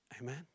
Amen